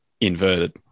inverted –